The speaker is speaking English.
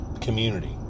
community